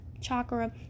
chakra